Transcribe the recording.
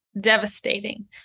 devastating